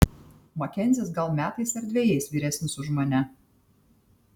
makenzis gal metais ar dvejais vyresnis už mane